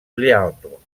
léandre